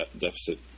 deficit